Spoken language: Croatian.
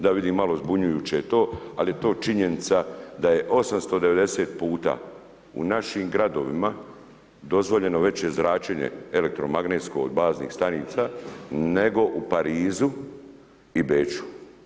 Da vidim malo zbunjujuće je to, ali je to činjenica da je 890 puta u našim gradovima dozvoljeno veće zračenje elektromagnetsko od baznih stanica, nego u Parizu i Beču.